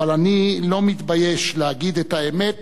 אבל אני לא מתבייש להגיד את האמת